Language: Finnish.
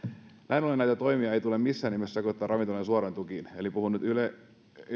ollen näitä toimia ei tule missään nimessä sekoittaa ravintoloiden suoriin tukiin eli puhun nyt